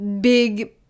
big